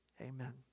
Amen